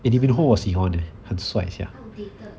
it's quite outdated